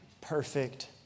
perfect